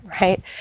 right